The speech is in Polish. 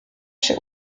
się